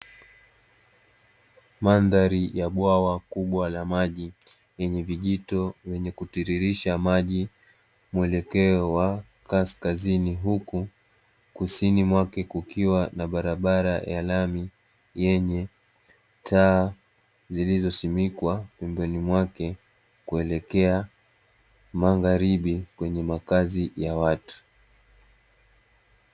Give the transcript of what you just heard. Mandhari ya bwawa kubwa la maji yenye vijito vyenye kutiririsha maji mwelekeo wa kaskazini, huku kusini mwake kukiwa na barabara ya rami yenye taa zilizosimikwa pembeni mwake kuelekea magharibi kwenye makazi ya watu.